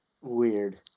weird